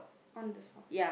on the spot